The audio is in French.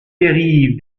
dérive